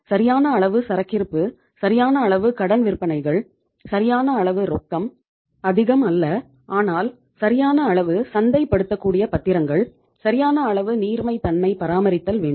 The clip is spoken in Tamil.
சரியான அளவு சரக்கிருப்பு சரியான அளவு கடன் விற்பனைகள் சரியான அளவு ரொக்கம் அதிகம் அல்ல ஆனால் சரியான அளவு சந்தை படுத்தக்கூடிய பத்திரங்கள் சரியான அளவு நீர்மைத்தன்மை பராமரித்தல் வேண்டும்